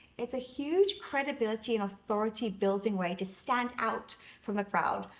it's a huge credibility and authority building way to stand out from the crowd,